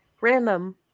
Random